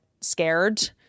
scared